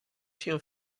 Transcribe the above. się